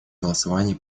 голосовании